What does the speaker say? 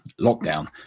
lockdown